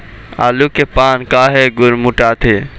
आलू के पान काहे गुरमुटाथे?